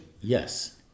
Yes